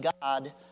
God